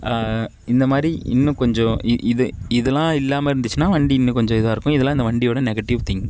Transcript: இந்த மாதிரி இன்னும் கொஞ்சம் இது இதெலாம் இல்லாமல் இருந்துச்சுனால் வண்டி இன்னும் கொஞ்சம் இதாயிருக்கும் இதெலாம் இந்த வண்டியோட நெகட்டிவ் திங்